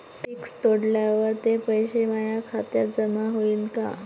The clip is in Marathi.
फिक्स तोडल्यावर ते पैसे माया खात्यात जमा होईनं का?